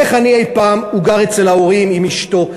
והוא גר אצל ההורים עם אשתו.